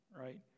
right